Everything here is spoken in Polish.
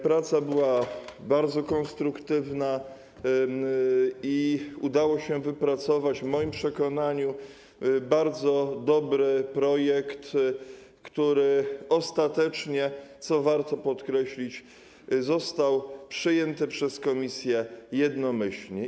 Praca była bardzo konstruktywna i udało się wypracować, w moim przekonaniu, bardzo dobry projekt, który ostatecznie, co warto podkreślić, został przyjęty przez komisję jednomyślnie.